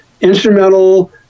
instrumental